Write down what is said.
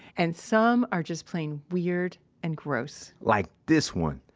and some are just plain weird and gross like this one.